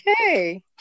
Okay